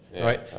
right